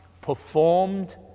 performed